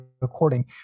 recording